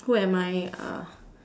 who am I uh